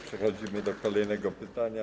Przechodzimy do kolejnego pytania.